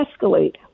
escalate